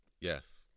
Yes